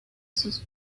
sus